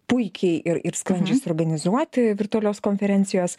puikiai ir ir sklandžiai suorganizuoti virtualios konferencijos